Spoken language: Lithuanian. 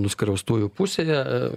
nuskriaustųjų pusėje